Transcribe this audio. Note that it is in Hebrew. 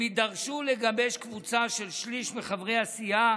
הם יידרשו לגבש קבוצה של שליש מחברי הסיעה,